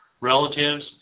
relatives